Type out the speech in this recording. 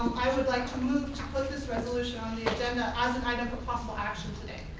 i would like to move to put this resolution on the agenda as an item for possible action today.